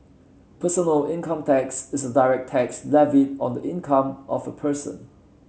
personal income tax is a direct tax levied on the income of a person